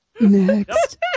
Next